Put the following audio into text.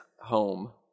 home